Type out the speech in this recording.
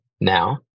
now